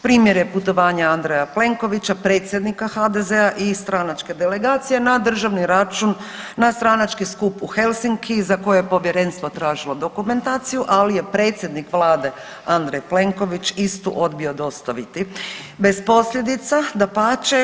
Primjer je putovanja Andreja Plenkovića, predsjednika HDZ-a i stranačke delegacije na državni račun na stranački skup u Helsinki za koje je Povjerenstvo tražilo dokumentaciju, ali je predsjednik Vlade, Andrej Plenković istu odbio dostaviti, bez posljedica, dapače.